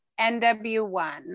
NW1